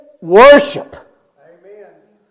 worship